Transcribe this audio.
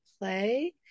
play